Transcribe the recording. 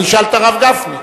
אני אשאל את הרב גפני.